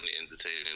entertaining